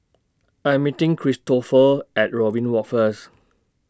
I Am meeting Cristofer At Robin Walk First